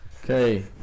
okay